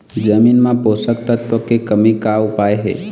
जमीन म पोषकतत्व के कमी का उपाय हे?